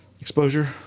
exposure